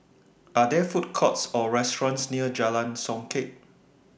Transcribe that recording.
Are There Food Courts Or restaurants near Jalan Songket